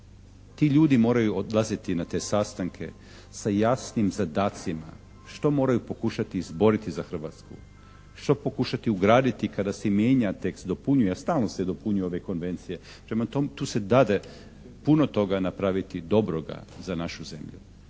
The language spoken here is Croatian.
Ti ljudi moraju odlaziti na te sastanke sa jasnim zadacima što moraju pokušati izboriti za Hrvatsku, što pokušati ugraditi kada se mijenja tekst, dopunjuje, jer stalno se dopunjuju ove konvencije, prema tome tu se dade puno toga napraviti dobroga za našu zemlju.